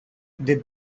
did